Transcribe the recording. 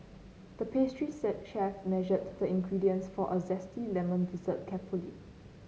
the pastry chef measured the ingredients for a zesty lemon dessert carefully